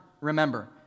remember